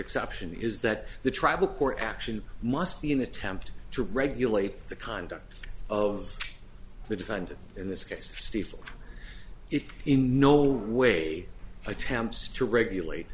exception is that the tribal court action must be an attempt to regulate the conduct of the defendant in this case stiefel if in no way attempts to regulate